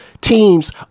teams